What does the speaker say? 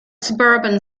suburban